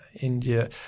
India